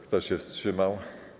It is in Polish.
Kto się wstrzymał?